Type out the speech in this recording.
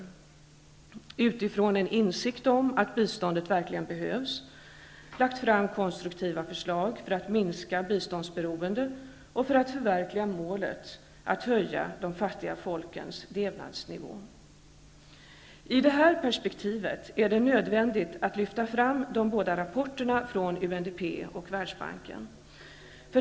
De har utifrån en insikt om att biståndet verkligen behövs, lagt fram konstruktiva förslag för att minska biståndsberoendet och för att förverkliga målet att höja de fattiga folkens levnadsnivå. I det här perspektivet är det nödvändigt att lyfta fram de båda rapporterna från UNDP och Världsbanken.